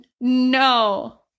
No